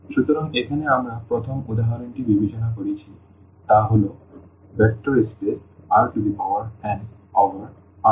সুতরাং এখানে আমরা প্রথম উদাহরণটি বিবেচনা করছি তা হল vector space Rn over R